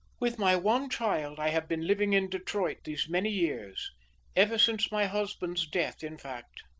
with my one child i have been living in detroit these many years ever since my husband's death, in fact.